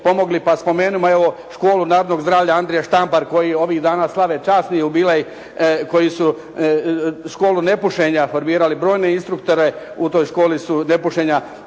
pa spomenimo evo školu narodnog zdravlja Andrija Štampar koji ovih dana slave časni jubilej koji su školu nepušenja formirali. Brojne instruktore u toj školi nepušenja